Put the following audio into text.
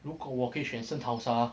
如果我可以选圣淘沙